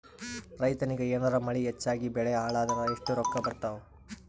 ರೈತನಿಗ ಏನಾರ ಮಳಿ ಹೆಚ್ಚಾಗಿಬೆಳಿ ಹಾಳಾದರ ಎಷ್ಟುರೊಕ್ಕಾ ಬರತ್ತಾವ?